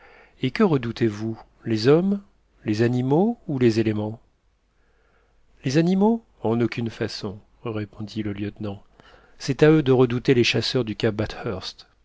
et que redoutez vous les hommes les animaux ou les éléments les animaux en aucune façon répondit le lieutenant c'est à eux de redouter les chasseurs du cap